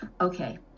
okay